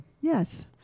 Yes